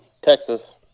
Texas